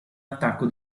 attacco